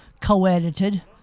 co-edited